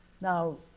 Now